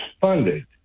funded